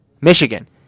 Michigan